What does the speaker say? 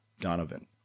Donovan